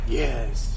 yes